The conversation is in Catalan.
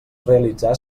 realitzar